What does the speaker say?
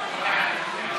הארכת